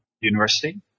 university